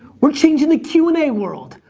we're changing the q and a world,